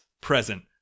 present